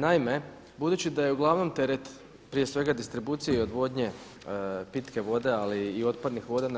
Naime, budući da je uglavnom teret prije svega distribucije i odvodnje pitke vode ali i otpadnih voda